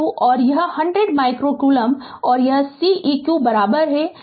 तो v eq और यह 100 माइक्रो कूलम्ब और Ceq 2 माइक्रोफ़ारड